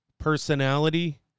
personality